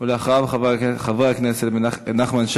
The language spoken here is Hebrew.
חבר הכנסת מנחם אליעזר מוזס,